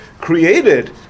created